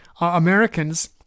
Americans